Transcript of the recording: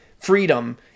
freedom